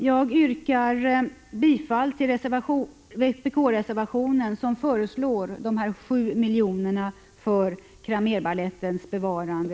Jag yrkar bifall till vpk-reservationen nr 36, i vilken föreslås att 7 miljoner skall anslås för Cramérbalettens bevarande.